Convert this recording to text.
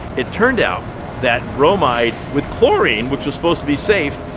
it turned out that bromide with chlorine, which was supposed to be safe,